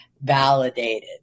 validated